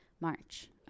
March